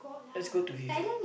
let's go to Phi Phi